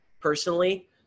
Personally